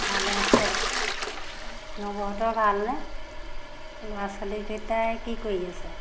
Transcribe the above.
ভালে আছে নবৌহঁতৰ ভালনে ল'ৰা ছোৱালীকেইটাই কি কৰি আছে